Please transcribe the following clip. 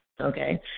Okay